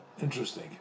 interesting